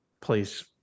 please